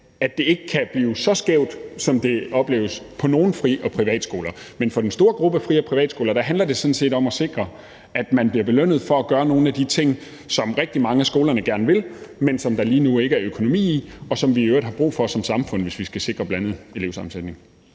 at det ikke kan blive så skævt, som det opleves på nogle fri- og privatskoler. Men for den store gruppe af fri- og privatskoler handler det sådan set om at sikre, at man bliver belønnet for at gøre nogle af de ting, som rigtig mange af skolerne gerne vil, men som der lige nu ikke er økonomi i, og som vi i øvrigt har brug for som samfund, hvis vi skal sikre en blandet elevsammensætning.